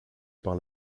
par